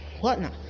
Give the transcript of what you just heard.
whatnot